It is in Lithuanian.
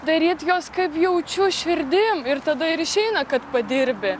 daryt juos kaip jaučiu širdim ir tada ir išeina kad padirbi